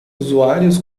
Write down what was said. usuários